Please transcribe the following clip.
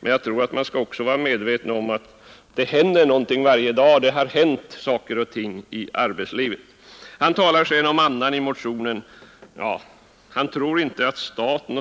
Men jag tror att vi bör vara medvetna om att det händer någonting varje dag på detta Jörn Svensson talar om andan i motionen; han tror inte att